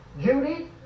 Judy